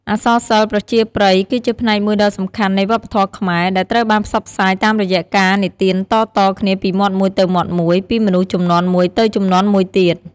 អក្សរសិល្ប៍ប្រជាប្រិយគឺជាផ្នែកមួយដ៏សំខាន់នៃវប្បធម៌ខ្មែរ ដែលត្រូវបានផ្សព្វផ្សាយតាមរយៈការនិទានតៗគ្នាពីមាត់មួយទៅមាត់មួយ ពីមនុស្សជំនាន់មួយទៅជំនាន់មួយទៀត។